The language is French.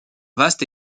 vaste